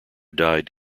died